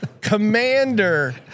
commander